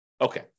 Okay